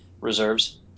reserves